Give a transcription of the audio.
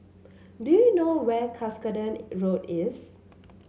do you know where Cuscaden Road is